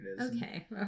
Okay